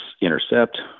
intercept